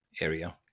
area